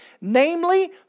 namely